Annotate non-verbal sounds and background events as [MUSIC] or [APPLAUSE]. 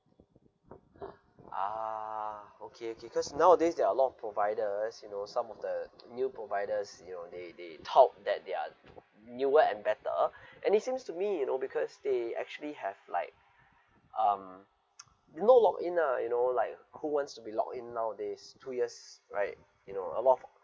ah okay okay cause nowadays there are a lot of providers you know some of the new providers you know they they talk that they are newer and better [BREATH] and it seems to me you know because they actually have like um [NOISE] no lock in nah you know like who wants to be lock in nowadays two years right you know a lot of